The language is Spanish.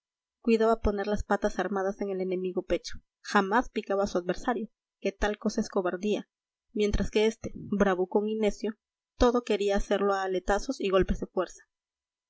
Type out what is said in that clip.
cuidaba poner las patas armadas en el enemigo pecho jamás picaba a su adversario que tal cosa es cobardía mientras que éste bravucón y necio todo quería hacerlo a aletazos y golpes de fuerza